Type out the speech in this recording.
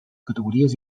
categories